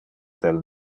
del